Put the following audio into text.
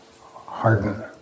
harden